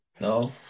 No